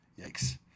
Yikes